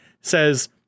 says